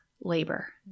labor